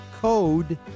code